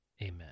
amen